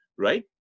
Right